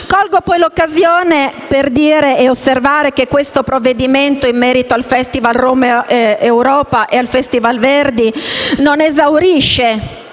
Colgo l'occasione per osservare che il provvedimento in merito al Festival Romaeuropa e al Festival Verdi non esaurisce